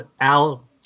Al